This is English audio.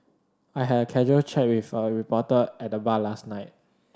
I had a casual chat with a reporter at the bar last night